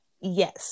Yes